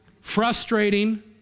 frustrating